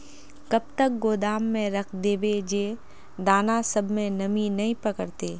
कब तक गोदाम में रख देबे जे दाना सब में नमी नय पकड़ते?